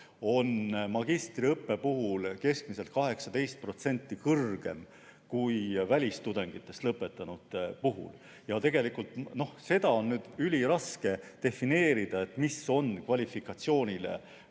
on magistriõppe puhul keskmiselt 18% kõrgem kui välistudengitest lõpetanute oma. Tegelikult seda on üliraske defineerida, mis on kvalifikatsioonile